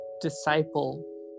disciple